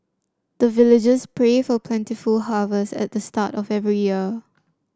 the villagers pray for plentiful harvest at the start of every year